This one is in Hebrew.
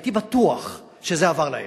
הייתי בטוח שזה עבר להם,